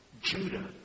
Judah